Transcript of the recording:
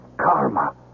Karma